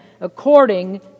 according